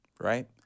right